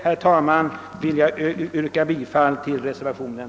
Med det anförda vill jag yrka bifall till reservationen.